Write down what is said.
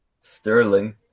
Sterling